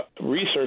research